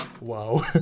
Wow